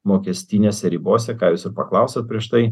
mokestinėse ribose ką jūs ir paklausėt prieš tai